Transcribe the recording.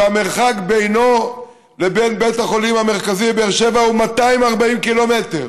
שהמרחק בינו לבין בית החולים המרכזי בבאר שבע הוא 240 קילומטר.